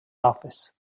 office